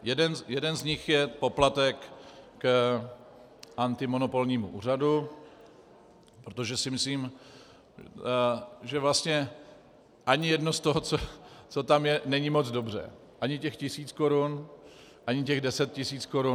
Jeden z nich je poplatek antimonopolnímu úřadu, protože si myslím, že vlastně ani jedno z toho, co tam je, není moc dobře, ani těch tisíc korun, ani těch deset tisíc korun.